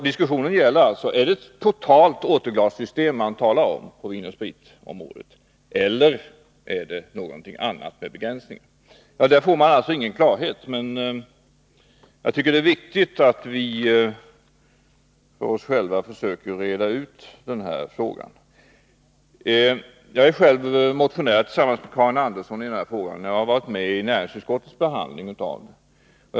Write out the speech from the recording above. Diskussionen gäller alltså om det är ett totalt återglassystem på vinoch spritområdet som man talar om, eller om det är något annat — med begränsningar — som man talar om. Där får man alltså ingen klarhet, men jag tycker att det är viktigt att vi för oss själva försöker reda ut den här frågan. Jag är själv tillsammans med Karin Andersson motionär i den här frågan, och jag har deltagit i näringsutskottets behandling av den.